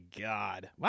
God